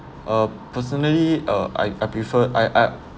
uh personally uh I I prefer I I